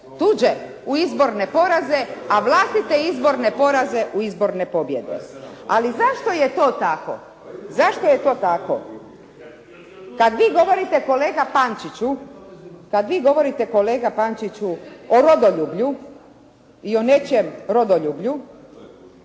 tuđe u izborne poraze, a vlastite izborne poraze u izborne pobjede. Ali zašto je to tako? Zašto je to tako? Kad vi govorite kolega Pančiću o rodoljublju i o nečijem rodoljublju